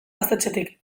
gaztetxetik